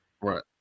Right